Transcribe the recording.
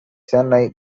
chennai